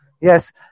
yes